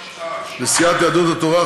לסיעת יהדות התורה,